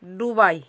Dubai